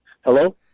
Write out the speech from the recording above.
Hello